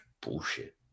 bullshit